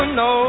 no